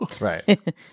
right